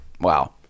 Wow